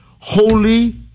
Holy